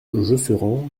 josserand